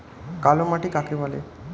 কালোমাটি কাকে বলে?